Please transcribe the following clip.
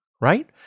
Right